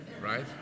right